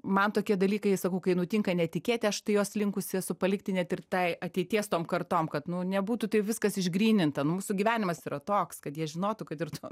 man tokie dalykai sakau kai nutinka netikėti aš tai juos linkusi esu palikti net ir tai ateities tom kartom kad nebūtų taip viskas išgryninta nu mūsų gyvenimas yra toks kad jie žinotų kad ir to